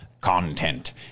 content